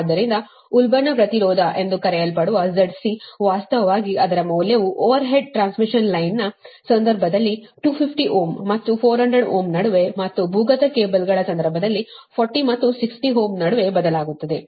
ಆದ್ದರಿಂದ ಉಲ್ಬಣ ಪ್ರತಿರೋಧ ಎಂದು ಕರೆಯಲ್ಪಡುವ ZC ವಾಸ್ತವವಾಗಿ ಅದರ ಮೌಲ್ಯವು ಓವರ್ಹೆಡ್ ಟ್ರಾನ್ಸ್ಮಿಷನ್ ಲೈನ್ನ ಸಂದರ್ಭದಲ್ಲಿ 250 ಓಮ್ಮತ್ತು 400 ಓಮ್ ನಡುವೆ ಮತ್ತು ಭೂಗತ ಕೇಬಲ್ಗಳ ಸಂದರ್ಭದಲ್ಲಿ 40 ರಿಂದ 60 ಓಮ್ ನಡುವೆ ಬದಲಾಗುತ್ತದೆ